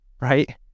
right